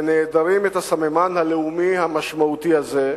ונעדרים את הסממן הלאומי המשמעותי הזה.